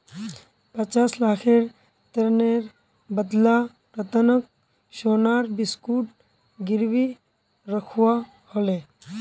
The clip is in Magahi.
पचास लाखेर ऋनेर बदला रतनक सोनार बिस्कुट गिरवी रखवा ह ले